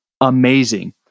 amazing